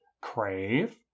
Crave